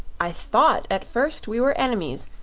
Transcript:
i thought at first we were enemies,